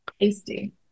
Tasty